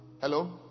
Hello